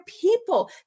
people